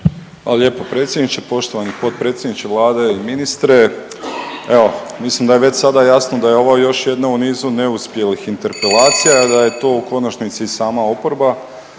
Hvala lijepo predsjedniče. Poštovani potpredsjedniče Vlade i ministre, evo mislim da je već sada jasno da je ovo još jedan u nizu neuspjelih interpelacija, a da je to u konačnici i sama oporba